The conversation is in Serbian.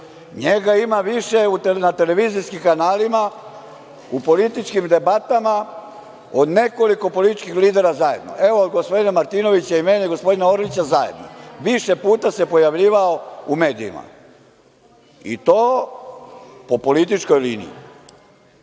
Njega ima više na televizijskim kanalima, u političkim debatama od nekoliko političkih lidera zajedno. Evo, od gospodina Martinovića, mene i gospodina Orlića zajedno više puta se pojavljivao u medijima i to po političkoj liniji. Imate